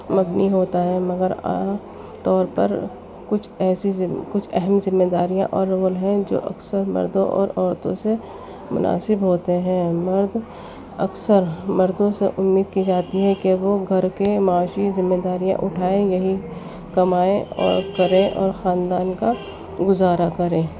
مبنی ہوتا ہے مگر عام طور پر کچھ ایسی کچھ اہم ذمہ داریاں اور رول ہیں جو اکثر مردوں اور عورتوں سے مناسب ہوتے ہیں مرد اکثر مردوں سے امید کی جاتی ہے کہ وہ گھر کے معاشی ذمہ داریاں اٹھائے یہی کمائیں اور کریں اور خاندان کا گزارا کریں